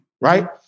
Right